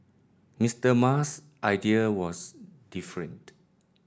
Mister Musk's idea was different